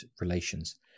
relations